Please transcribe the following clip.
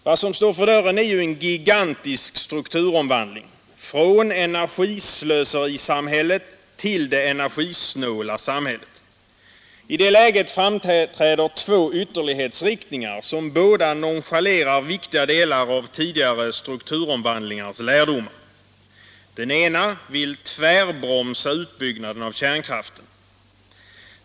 Vad som står för dörren är ju en gigantisk strukturomvandling — från energislöserisamhället till det energisnåla samhället. I det läget framträder två ytterlighetsriktningar som båda nonchalerar viktiga delar av tidigare strukturomvandlingars lärdomar. Den ena vill tvärbromsa utbyggnaden av kärnkraften.